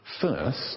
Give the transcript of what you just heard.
First